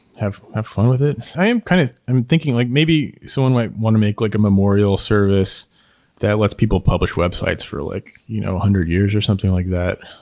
have have fun with it i'm kind of i'm thinking, like maybe someone might want to make like a memorial service that lets people publish websites for like you know a one hundred years or something like that.